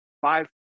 five